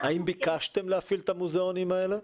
האם ביקשתם להפעיל את המוזיאונים האלה?